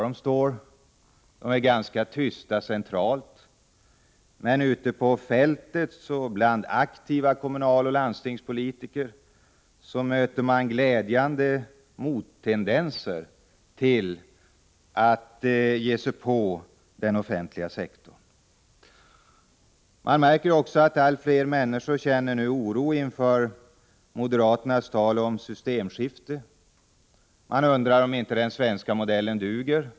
De är ganska tysta centralt, men ute på fältet, bland aktiva kommunaloch landstingspolitiker, möter man glädjande nog mottendenser till att ge sig på den offentliga sektorn. Vi märker också att allt fler människor känner oro inför moderaternas tal om systemskifte. Man undrar om inte den svenska modellen duger.